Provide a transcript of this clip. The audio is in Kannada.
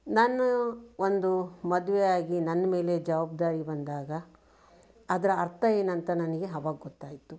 ನಾನು ಒಂದು ಮದುವೆ ಆಗಿ ನನ್ನ ಮೇಲೆ ಜವಬ್ದಾರಿ ಬಂದಾಗ ಅದರ ಅರ್ಥ ಏನಂತ ನನಗೆ ಅವಾಗ ಗೊತ್ತಾಯ್ತು